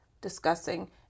discussing